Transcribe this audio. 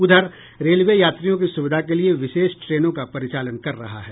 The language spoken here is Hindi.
उधर रेलवे यात्रियों की सुविधा के लिये विशेष ट्रेनों का परिचालन कर रहा है